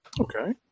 okay